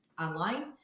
online